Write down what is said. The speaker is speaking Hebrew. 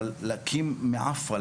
להקים מעפרא,